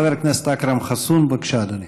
חבר הכנסת אכרם חסון, בבקשה, אדוני.